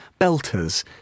belters